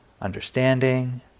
understanding